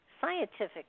scientific